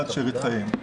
עד שארית חייהם.